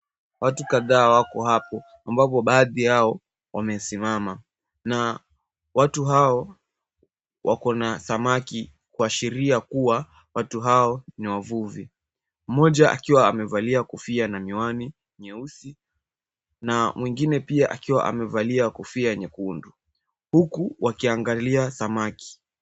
Watu kadhaa wako hapo, ambapo baadhi yao wamesimama, na watu hao wako na samaki kuashiria kuwa watu hao ni wavuvi. Mmoja akiwa amevalia kofia na miwani nyeusi, na mwengine pia akiwa amevalia kofia nyekundu, huku wakiangalia samaki.